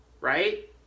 right